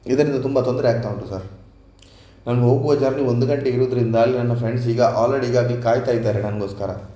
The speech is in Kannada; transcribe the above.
ಇದರಿಂದ ತುಂಬ ತೊಂದರೆ ಆಗ್ತಾ ಉಂಟು ಸರ್ ನಾನು ಹೋಗುವ ಜಾಗ ಒಂದು ಗಂಟೆ ಇರೋದ್ರಿಂದ ಅಲ್ಲಿ ನನ್ನ ಫ್ರೆಂಡ್ಸ್ ಈಗ ಆಲ್ರೆಡಿ ಈಗಾಗಲೇ ಕಾಯ್ತಾ ಇದ್ದಾರೆ ನನಗೋಸ್ಕರ